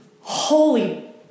Holy